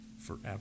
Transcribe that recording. forever